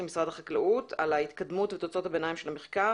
משרד החקלאות על ההתקדמות ועל תוצאות הביניים של המחקר,